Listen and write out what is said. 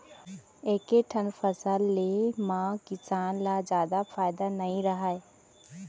एके ठन फसल ले म किसान ल जादा फायदा नइ रहय